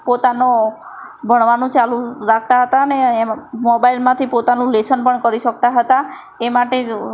પોતાનો ભણવાનું ચાલુ રાખતા હતા અને એમાં મોબાઈલમાંથી પોતાનું લેસન પણ કરી શકતા હતા એ માટે